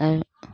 আৰু